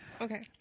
Okay